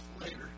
Later